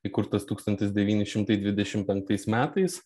įkurtas tūkstantis devyni šimtai dvidešim penktais metais